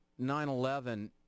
9-11